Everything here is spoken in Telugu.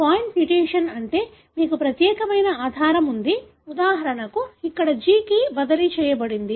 పాయింట్ మ్యుటేషన్ అంటే మీకు ప్రత్యేకమైన ఆధారం ఉంది ఉదాహరణకు ఇక్కడ G కి బదిలీ చేయబడింది